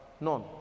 None